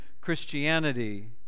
Christianity